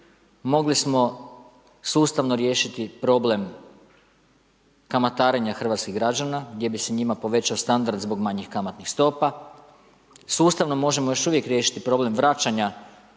mogli smo sustavno riješiti problem kamatarenja hrvatskih građana gdje bi se njima povećao standard zbog manjih kamatnih stopa. Sustavno možemo još uvijek riješiti problem vraćanja